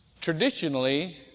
Traditionally